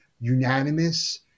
unanimous